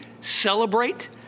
celebrate